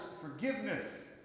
forgiveness